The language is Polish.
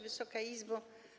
Wysoka Izbo!